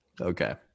Okay